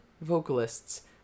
vocalists